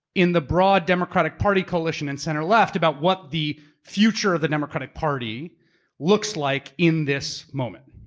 in the broad democratic party coalition in center left about what the future of the democratic party looks like in this moment.